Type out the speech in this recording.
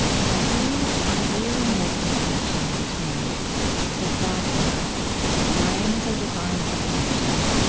you know you are really making a connection between the fact that our brains are designed for connection,